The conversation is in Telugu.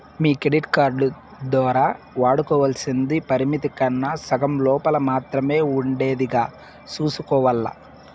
మీ కెడిట్ కార్డు దోరా వాడుకోవల్సింది పరిమితి కన్నా సగం లోపల మాత్రమే ఉండేదిగా సూసుకోవాల్ల